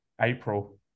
April